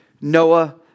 Noah